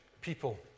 people